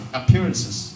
appearances